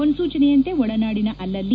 ಮುನ್ನೂಚನೆಯಂತೆ ಒಳನಾಡಿನ ಅಲಲ್ಲಿ